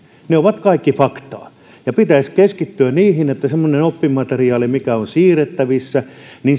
ne ovat kaikki faktaa ja pitäisi keskittyä niihin että semmoisen oppimateriaalin mikä on siirrettävissä